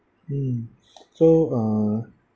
mm so uh